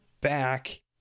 back